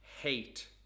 Hate